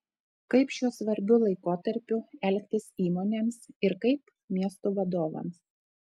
kaip šiuo svarbiu laikotarpiu elgtis įmonėms ir kaip miestų vadovams